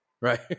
right